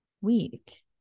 week